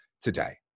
today